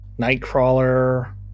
nightcrawler